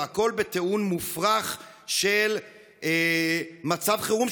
והכול בטיעון מופרך של מצב חירום,